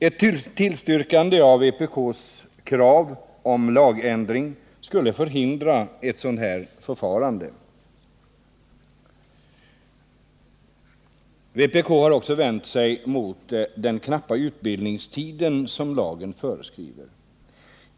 Ett tillstyrkande av vpk:s krav på lagändring skulle förhindra ett sådant förfarande. Vpk har också vänt sig mot den knappa utbildningstid som lagen föreskriver.